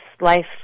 life